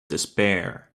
despair